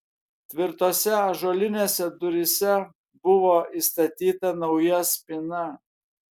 tvirtose ąžuolinėse duryse buvo įstatyta nauja spyna